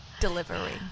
delivery